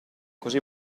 così